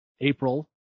April